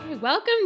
Welcome